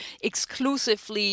exclusively